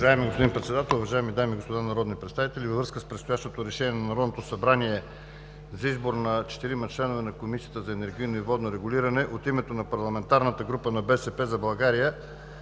Уважаеми господин Председател, уважаеми дами и господа народни представители! Във връзка с предстоящото решение на Народното събрание за избор на четирима членове на Комисията за енергийно и водно регулиране от името на парламентарната група „БСП за България“,